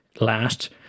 last